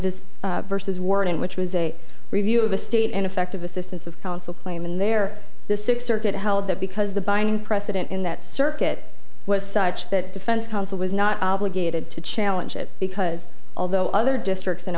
this versus warning which was a review of a state ineffective assistance of counsel claim and there the six circuit held that because the binding precedent in that circuit was such that defense counsel was not obligated to challenge it because although other districts in